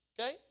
Okay